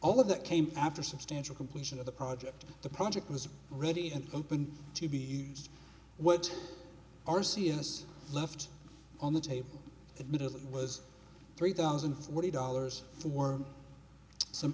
all of that came after substantial completion of the project the project was ready and open to be used what r c s left on the table admitted that was three thousand dollars for some